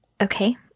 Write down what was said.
okay